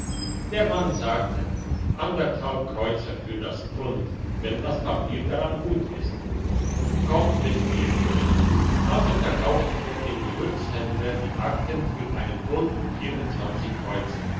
der mann sagte anderthalb kreuzer für das pfund wenn das papier daran gut ist kommt mit mir also verkaufte er dem gewürzhändler die akten für einen gulden vierundzwanzig kreuzer